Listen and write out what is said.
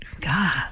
god